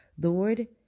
Lord